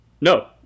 No